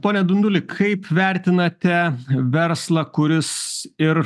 pone dunduli kaip vertinate verslą kuris ir